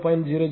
006 j0